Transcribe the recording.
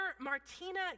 Martina